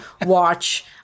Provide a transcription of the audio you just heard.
watch